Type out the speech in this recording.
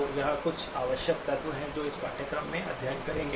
तो यह कुछ आवश्यक तत्व हैं जो हम पाठ्यक्रम में अध्ययन करेंगे